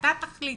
אתה תחליט,